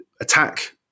attack